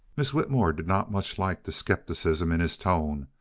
miss whitmore did not much like the skepticism in his tone,